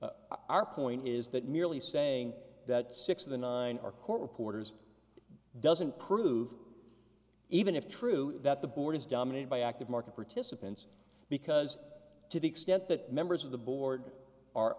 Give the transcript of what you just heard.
our point is that merely saying that six of the nine are court reporters doesn't prove even if true that the board is dominated by active market participants because to the extent that members of the board are